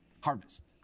Harvest